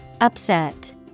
Upset